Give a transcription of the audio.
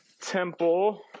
temple